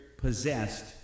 possessed